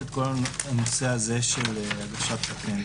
המסגרת הנורמטיבית של החוק שבו אנו דנים,